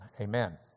Amen